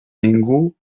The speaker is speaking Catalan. ningú